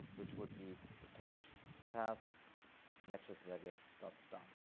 which would be the page path matches reg ex dot star.